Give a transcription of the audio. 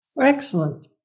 Excellent